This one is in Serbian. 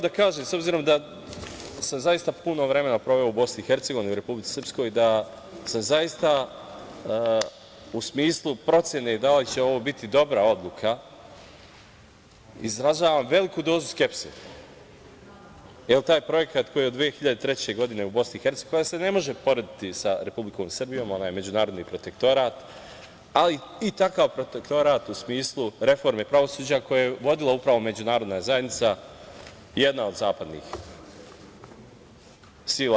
Da kažem, s obzirom da sam zaista puno vremena proveo u Bosni i Hercegovini u Republici Srpskoj, da sam u smislu procene da li će ovo biti dobra odluka, izražavam veliku dozu skepse, jer taj projekat koji je od 2003. godine u BiH koja se ne može porediti sa Republikom Srbijom, ona je međunarodni protektorat, ali i takav protektorat u smislu reforme pravosuđa, koje je vodila međunarodna zajednica, jedna od zapadnih sila.